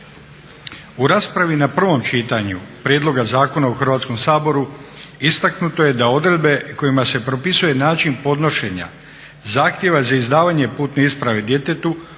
U raspravi na prvom čitanju prijedloga zakona u Hrvatskom saboru istaknuto je da odredbe kojima se propisuje način podnošenja zahtjeva za izdavanje putne isprave djetetu